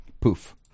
Poof